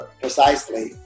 precisely